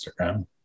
Instagram